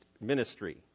ministry